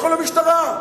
לכו למשטרה,